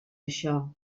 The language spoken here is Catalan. això